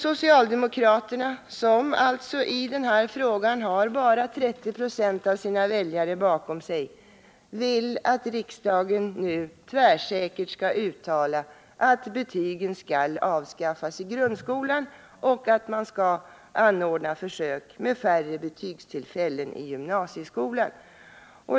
Socialdemokraterna, som alltså i denna fråga har bara 30 26 av sina väljare bakom sig, vill att riksdagen nu tvärsäkert skall uttala att betygen skall avskaffas i grundskolan och att man skall anordna försök med färre betygstillfällen i gymnasieskolan.